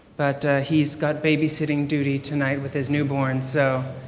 but he's got babysitting duty tonight with his new born so.